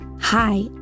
Hi